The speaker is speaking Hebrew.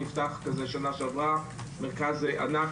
בשנה שעברה נפתח בבן גוריון מרכז ענק